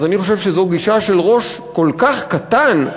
אני חושב שזו גישה של ראש כל כך קטן,